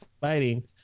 fighting